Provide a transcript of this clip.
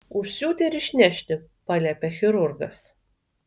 užsiūti ir išnešti paliepė chirurgas